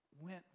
went